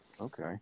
Okay